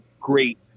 great